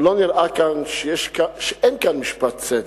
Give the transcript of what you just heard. לא נראה שאין כאן משפט צדק?